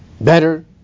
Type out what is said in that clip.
Better